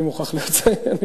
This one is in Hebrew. אני מוכרח לציין,